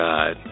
God